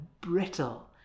brittle